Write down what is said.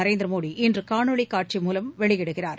நரேந்திர மோடி இன்று காணொளி காட்சி மூலம் வெளியிடுகிறார்